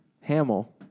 Hamill